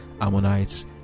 Ammonites